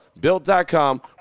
Built.com